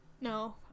no